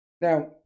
Now